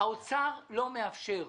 האוצר לא מאפשר.